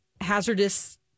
hazardous